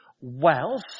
wealth